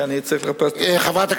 כי אני צריך לחפש את התשובה.